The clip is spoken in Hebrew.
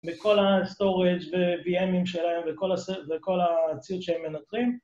בכל ה-storage, ב-VM'ים שלהם ובכל הציר שהם מנטרים.